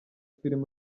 film